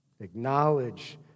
Acknowledge